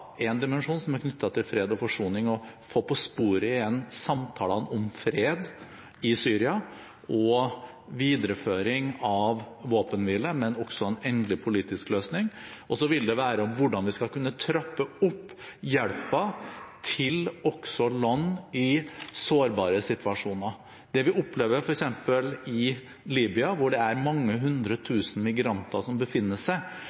dimensjon som er knyttet til fred og forsoning og det å få på sporet igjen samtalene om fred i Syria og videreføring av våpenhvile, men også en endelig politisk løsning, og en annen dimensjon som dreier seg om hvordan vi skal kunne trappe opp hjelpen til land i sårbare situasjoner. Det vi opplever f.eks. i Libya, hvor det er mange hundre tusen migranter som befinner seg,